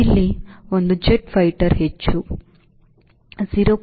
ಇಲ್ಲಿ ಅದು jet fighter ಹೆಚ್ಚು 0